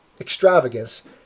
extravagance